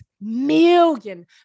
million